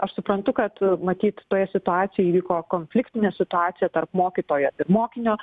aš suprantu kad matyt toje situacijoj įvyko konfliktinė situacija tarp mokytojo ir mokinio